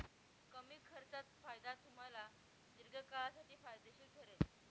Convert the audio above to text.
कमी खर्चात फायदा तुम्हाला दीर्घकाळासाठी फायदेशीर ठरेल